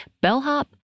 bellhop